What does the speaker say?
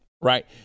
right